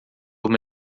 uma